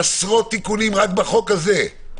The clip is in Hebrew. עשרות תיקונים רק בחוק הזה,